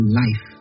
life